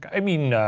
i mean, ah,